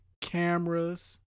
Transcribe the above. cameras